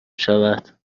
شود